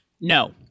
No